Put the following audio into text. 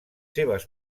seves